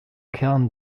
kern